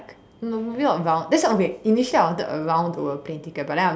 no maybe not round that's why okay initially I wanted a round the world plane ticket but then I just